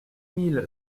mille